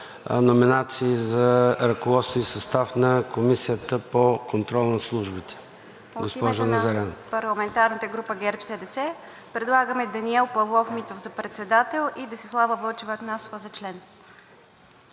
номинации за ръководство и състав на Комисията за контрол над службите за сигурност. РАЯ НАЗАРЯН (ГЕРБ-СДС): От името на парламентарната група на ГЕРБ-СДС предлагаме Даниел Павлов Митов за председател и Десислава Вълчева Атанасова за член.